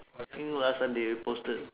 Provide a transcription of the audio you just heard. I think last time they posted